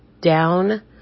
down